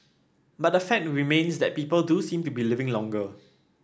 but the fact remains that people do seem to be living longer